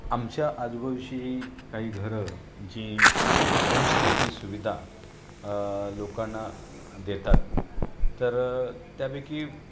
आमच्या आजूबाजूची काही घरं जी होमस्टेची सुविधा लोकांना देतात तर त्यापैकी